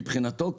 מבחינתו,